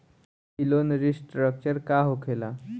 ई loan restructure का होखे ला?